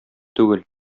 түгел